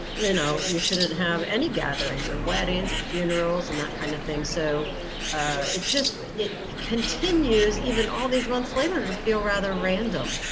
you know, you shouldn't have any gatherings or weddings or funerals and that kind of thing. so it just it continues, even all these months later, to to feel rather random,